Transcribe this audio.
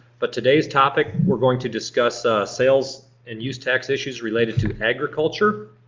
but today's topic, we're going to discuss sales and use tax issues related to agriculture.